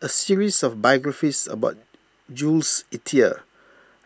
a series of biographies about Jules Itier